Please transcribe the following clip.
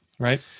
right